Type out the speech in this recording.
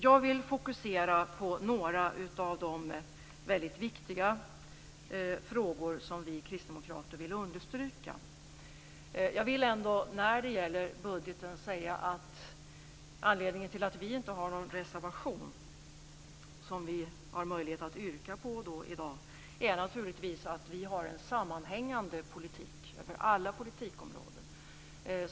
Jag vill fokusera på några av de väldigt viktiga frågor som vi kristdemokrater vill understryka. Jag vill ändå när det gäller budgeten säga att anledningen till att vi inte har någon reservation, som vi har möjlighet att yrka på i dag, är naturligtvis att vi har en sammanhängande politik över alla politikområden.